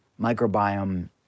microbiome